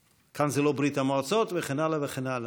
כאן זה לא ברית המועצות, וכן הלאה וכן הלאה: